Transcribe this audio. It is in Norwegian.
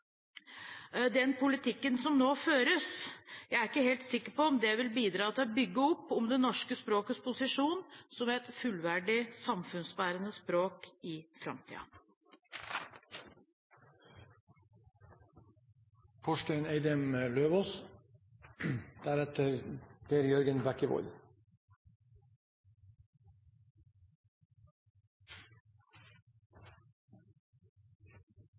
den politikken som nå føres, gjør meg på ingen måte helt beroliget. Jeg er ikke helt sikker på om det vil bidra til å bygge opp om det norske språkets posisjon som et fullverdig, samfunnsbærende språk i